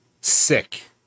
sick